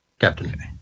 Captain